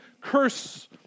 curse